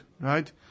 right